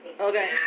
Okay